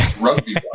rugby